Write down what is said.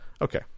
okay